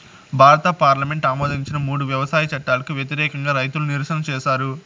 భారత పార్లమెంటు ఆమోదించిన మూడు వ్యవసాయ చట్టాలకు వ్యతిరేకంగా రైతులు నిరసన చేసారు